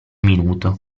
minuto